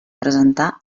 presentar